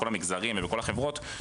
בכל המגזרים ובכל החברות.